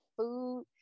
food